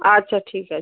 আচ্ছা ঠিক আছে